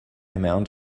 amount